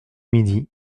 midi